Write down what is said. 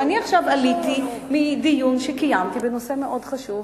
גם אני עכשיו עליתי מדיון שקיימתי בנושא מאוד חשוב,